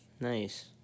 Nice